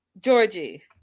Georgie